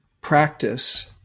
practice